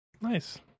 Nice